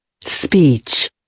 Speech